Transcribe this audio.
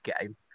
game